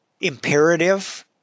imperative